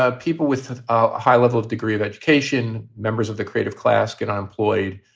ah people with a high level of degree of education, members of the creative class that are employed,